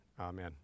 Amen